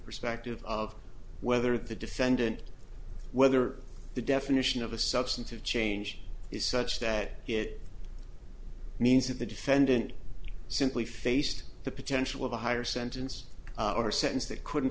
perspective of whether the defendant whether the definition of a substantive change is such that it means that the defendant simply faced the potential of a higher sentence or sentence that couldn't